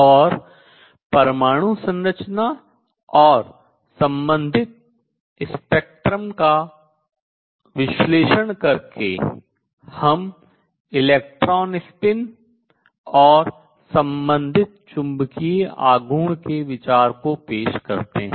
और परमाणु संरचना और संबंधित स्पेक्ट्रम वर्णक्रम का विश्लेषण करके हम इलेक्ट्रॉन स्पिन और संबंधित चुंबकीय आघूर्ण के विचार को भी पेश करते हैं